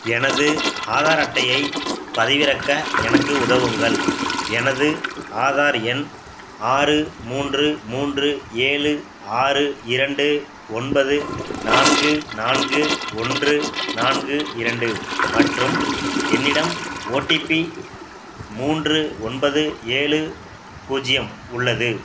எனது ஆதார் அட்டையை பதிவிறக்க எனக்கு உதவுங்கள் எனது ஆதார் எண் ஆறு மூன்று மூன்று ஏழு ஆறு இரண்டு ஒன்பது நான்கு நான்கு ஒன்று நான்கு இரண்டு மற்றும் என்னிடம் ஓடிபி மூன்று ஒன்பது ஏழு பூஜ்யம் உள்ளது